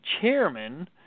Chairman